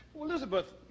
Elizabeth